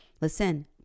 Listen